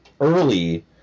early